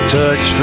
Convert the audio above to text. touch